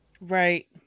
Right